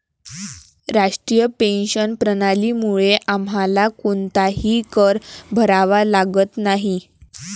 राष्ट्रीय पेन्शन प्रणालीमुळे आम्हाला कोणताही कर भरावा लागत नाही